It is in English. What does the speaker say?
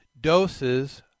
doses